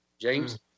James